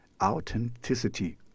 Authenticity